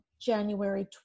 January